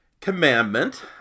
commandment